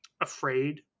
afraid